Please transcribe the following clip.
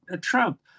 Trump